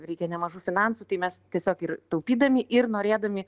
reikia nemažų finansų tai mes tiesiog ir taupydami ir norėdami